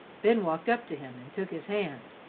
ben walked up to him and took his hand,